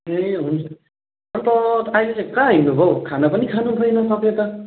ए हुन्छ अन्त अहिले कहाँ हिँड्नुभयो हौ खाना पनि खानुभएन तपाईँ त